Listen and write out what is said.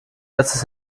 letzter